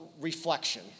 reflection